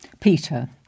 Peter